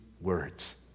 words